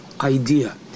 idea